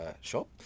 shop